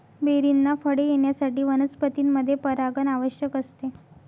बेरींना फळे येण्यासाठी वनस्पतींमध्ये परागण आवश्यक असते